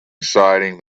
exciting